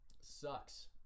sucks